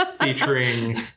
Featuring